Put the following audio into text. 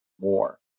more